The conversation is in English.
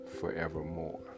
forevermore